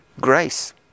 grace